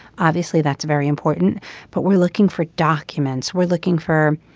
obviously that's a very important but we're looking for documents we're looking for.